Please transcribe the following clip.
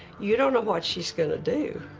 you don't know what she's going to do,